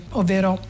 ovvero